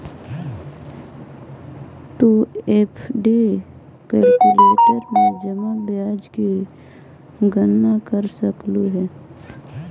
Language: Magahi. तु एफ.डी कैलक्यूलेटर में जमा ब्याज की गणना कर सकलू हे